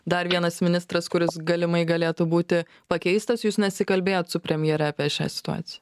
dar vienas ministras kuris galimai galėtų būti pakeistas jūs nesikalbėjot su premjere apie šią situaciją